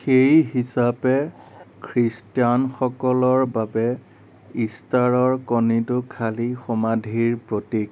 সেই হিচাপে খ্ৰীষ্টানসকলৰ বাবে ইষ্টাৰৰ কণীটো খালী সমাধিৰ প্ৰতীক